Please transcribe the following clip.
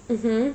mmhmm